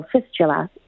fistula